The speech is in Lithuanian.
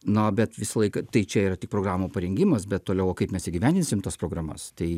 na bet visą laiką tai čia yra tik programų parengimas bet toliau o kaip mes įgyvendinsim tas programas tai